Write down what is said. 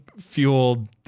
fueled